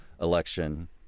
election